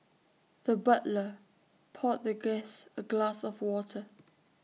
the butler poured the guest A glass of water